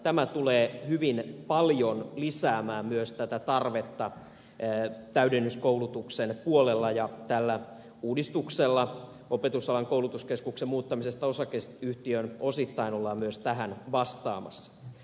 tämä tulee hyvin paljon lisäämään myös tätä tarvetta täydennyskoulutuksen puolella ja tällä uudistuksella opetusalan koulutuskeskuksen muuttamisella osakeyhtiöksi osittain ollaan myös tähän vastaamassa